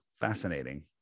fascinating